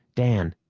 dan,